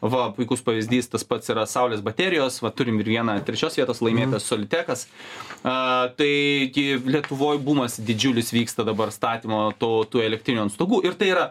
va puikus pavyzdys tas pats yra saulės baterijos va turim ir vieną trečios vietos laimėtoją solitekas a tai gi lietuvoj bumas didžiulis vyksta dabar statymo to tų elektrinių ant stogų ir tai yra